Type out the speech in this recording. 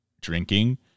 drinking